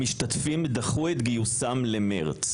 המשתתפים דחו את גיוסם למרץ.